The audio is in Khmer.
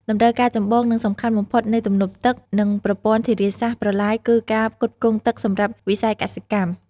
តម្រូវការចម្បង និងសំខាន់បំផុតនៃទំនប់ទឹក និងប្រព័ន្ធធារាសាស្ត្រ-ប្រឡាយគឺការផ្គត់ផ្គង់ទឹកសម្រាប់វិស័យកសិកម្ម។